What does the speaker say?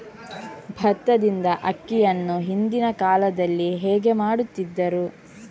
ಭತ್ತದಿಂದ ಅಕ್ಕಿಯನ್ನು ಹಿಂದಿನ ಕಾಲದಲ್ಲಿ ಹೇಗೆ ಮಾಡುತಿದ್ದರು?